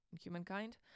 humankind